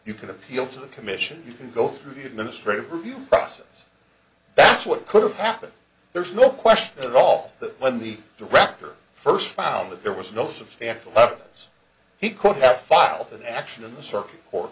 you can appeal to the commission you can go through the administrative review process that's what could have happened there's no question at all that when the director first found that there was no substantial levels he could have filed an action in the circu